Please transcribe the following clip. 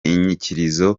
inyikirizo